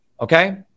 Okay